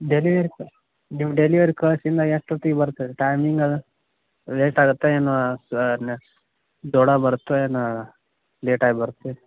delivery ಕ ನಿಮ್ಮ delivery ಕಳ್ಸಿ ಇನ್ನೂ ಎಷ್ಟೊತ್ತಿಗೆ ಬರುತ್ತದು ಟೈಮಿಂಗ್ ಅದ ಲೇಟ್ ಆಗುತ್ತಾ ಏನು ಸ್ವ ದೌಡಾಗಿ ಬರುತ್ತಾ ಏನು ಲೇಟ್ ಆಗಿ ಬರುತ್ತೆ